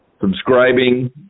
subscribing